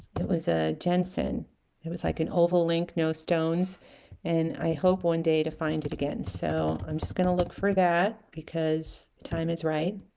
it was a jensen it was like an oval link no stones and i hope one day to find it again so i'm just going to look for that because time is right